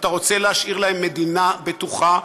אתה רוצה להשאיר להם מדינה בטוחה,